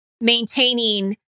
maintaining